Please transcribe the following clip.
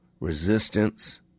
resistance